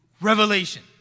revelation